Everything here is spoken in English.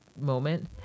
Moment